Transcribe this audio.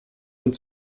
und